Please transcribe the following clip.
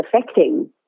affecting